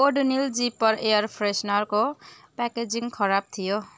Odonil zipper air फ्रेस्नरको प्याकेजिङ खराब थियो